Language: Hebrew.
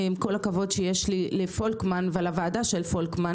עם כל הכבוד שיש לי לפולקמן ולוועדה שלו,